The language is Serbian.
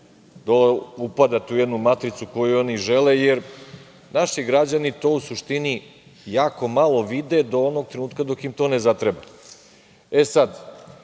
takođe upadate u jednu matricu koju oni žele, jer naši građani to u suštini jako malo vide do onog trenutka dok im to ne zatreba.E sada,